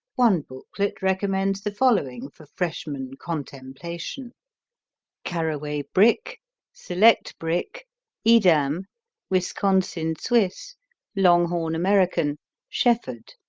one booklet recommends the following for freshman contemplation caraway brick select brick edam wisconsin swiss longhorn american shefford